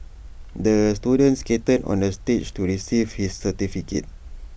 the student skated onto the stage to receive his certificate